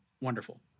wonderful